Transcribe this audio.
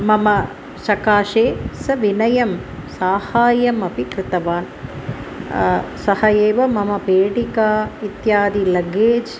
मम सकाशे सविनयं साहाय्यमपि कृतवान् सः एव मम पेटिका इत्यादि लगेज्